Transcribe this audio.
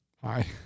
Hi